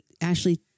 Ashley